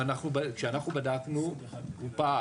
כשאנחנו בדקנו הוא פעל.